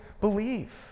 believe